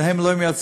והם לא מייצגים.